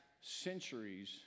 centuries